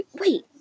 wait